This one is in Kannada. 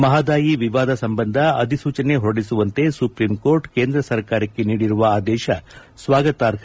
ಮಹದಾಯಿ ವಿವಾದ ಸಂಬಂಧ ಅಧಿಸೂಚನೆ ಹೊರಡಿಸುವಂತೆ ಸುಪ್ರೀಂಕೋರ್ಟ್ ಕೇಂದ್ರ ಸರ್ಕಾರಕ್ಕೆ ನೀಡಿರುವ ಆದೇಶ ಸ್ವಾಗತಾರ್ಹ